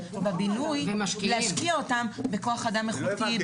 משקיעים בבינוי ולהשקיע אותם בכוח אדם איכותי,